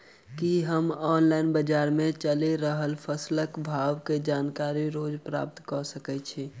की हम ऑनलाइन, बजार मे चलि रहल फसलक भाव केँ जानकारी रोज प्राप्त कऽ सकैत छी?